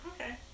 Okay